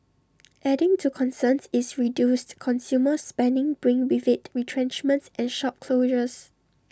adding to concerns is reduced consumer spending bringing with IT retrenchments and shop closures